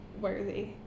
worthy